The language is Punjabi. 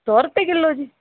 ਸੋ ਰੁਪਏ ਕਿਲੋ ਜੀ